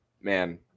man